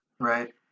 Right